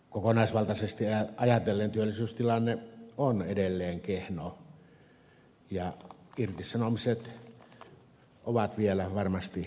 kokonaisvaltaisesti ajatellen työllisyystilanne on edelleen kehno ja irtisanomiset ovat vielä varmasti arkipäivää